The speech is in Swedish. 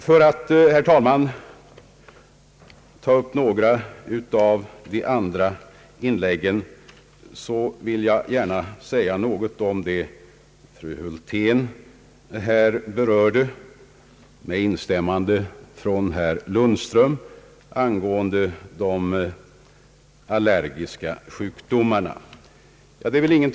För att, herr talman, bemöta några andra inlägg vill jag gärna yttra mig om vad fru Hultell med instämmande av herr Lundström sade beträffande de allergiska sjukdomarna.